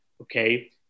okay